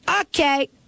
okay